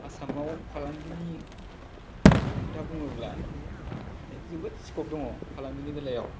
आसामाव फालांगिनि खोथा बुङोब्ला माने जोबोद स्कब दङ फालांगिनि बेलायाव